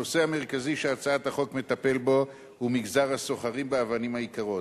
הנושא המרכזי שהצעת החוק מטפלת בו הוא מגזר הסוחרים באבנים יקרות.